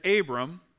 Abram